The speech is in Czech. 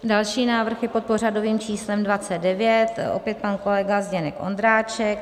Další návrh je pod pořadovým číslem 29, opět pan kolega Zdeněk Ondráček.